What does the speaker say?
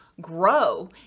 grow